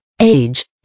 age